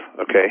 okay